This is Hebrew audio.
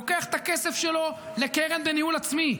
לוקח את הכסף שלו לקרן בניהול עצמי,